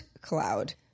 Cloud